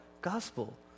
gospel